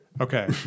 Okay